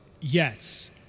yes